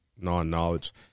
non-knowledge